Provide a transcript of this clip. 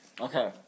Okay